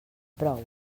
prou